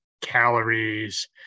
calories